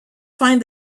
find